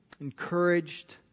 encouraged